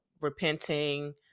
repenting